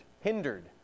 hindered